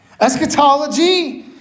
Eschatology